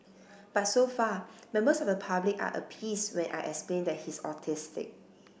but so far members of the public are appeased when I explain that he's autistic